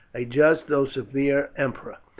a just, though severe emperor.